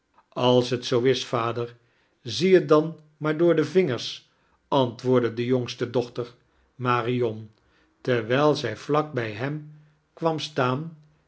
als t zoo is vader zie het dan maar door de vingers antwoordde de jongste dochter marion terwijl zij vlak bij hem kwam staan